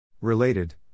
Related